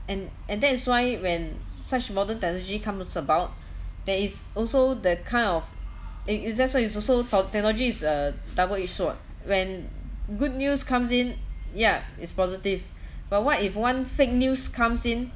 and and that is why when such modern technology comes about there is also the kind of it it's that's why it's also tho~ technology is a double-edged sword when good news comes in ya it's positive but what if one fake news comes in